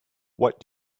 what